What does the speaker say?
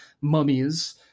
Mummies